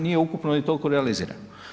Nije ukupno niti toliko realizirano.